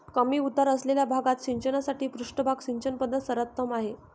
कमी उतार असलेल्या भागात सिंचनासाठी पृष्ठभाग सिंचन पद्धत सर्वोत्तम आहे